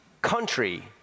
Country